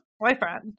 boyfriend